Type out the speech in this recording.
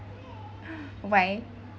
why